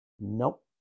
Nope